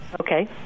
Okay